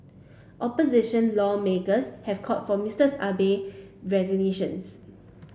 opposition lawmakers have called for Mister Abe resignations